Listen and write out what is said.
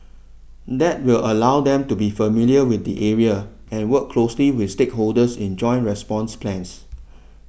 that will allow them to be familiar with the areas and work closely with stakeholders in joint response plans